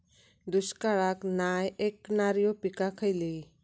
दुष्काळाक नाय ऐकणार्यो पीका खयली?